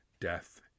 death